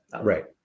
right